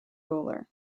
bowler